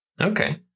Okay